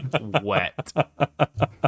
wet